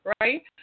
right